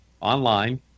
online